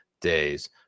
days